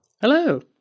Hello